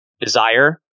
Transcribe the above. desire